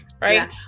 right